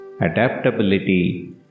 adaptability